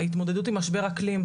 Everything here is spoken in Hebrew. ההתמודדות עם משבר אקלים,